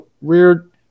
weird